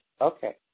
Okay